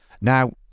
Now